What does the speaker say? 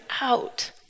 out